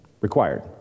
Required